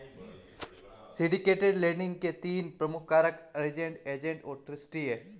syndicated lending के तीन प्रमुख कारक अरेंज्ड, एजेंट और ट्रस्टी हैं